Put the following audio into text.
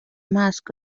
mask